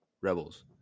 Rebels